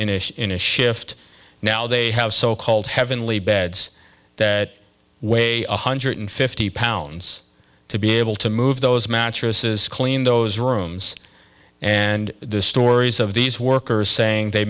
inish in a shift now they have so called heavenly beds that way one hundred fifty pounds to be able to move those mattresses clean those rooms and the stories of these workers saying they